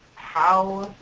how